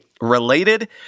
Related